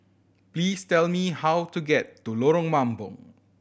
please tell me how to get to Lorong Mambong